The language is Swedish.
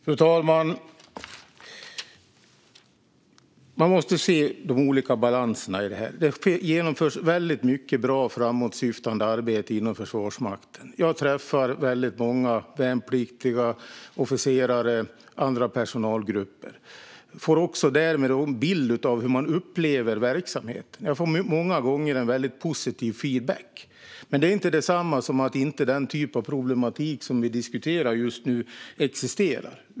Fru talman! Man måste se de olika balanserna i det här. Det genomförs väldigt mycket bra, framåtsyftande arbete inom Försvarsmakten. Jag träffar många värnpliktiga, officerare och andra personalgrupper. Jag får därmed en bild av hur man upplever verksamheten. Jag får många gånger väldigt positiv feedback, men det är inte detsamma som att den problematik vi diskuterar just nu inte existerar.